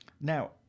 Now